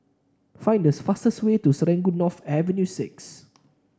find this fastest way to Serangoon North Avenue Six